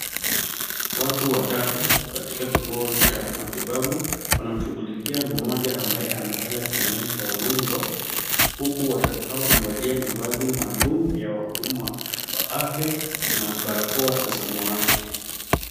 Watu watatu katika kituo cha matibabu, wanamshughulikia mmoja ambaye amelala kitandani pa wagonjwa, huku watatu hao wamevalia mavazi maalum ya wahudumu wa afya na barakoa za samawati.